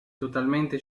totalmente